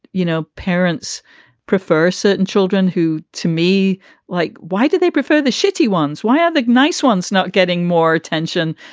you know, parents prefer certain children who to me like why did they prefer the shitty ones? why are the nice ones not getting more attention?